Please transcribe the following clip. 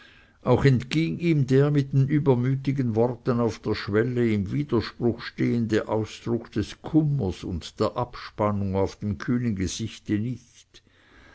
auch entging ihm der mit den übermütigen worten auf der schwelle im widerspruch stehende ausdruck des kummers und der abspannung auf dem kühnen gesichte nicht